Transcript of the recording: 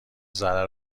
ضرر